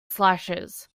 slashes